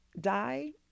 die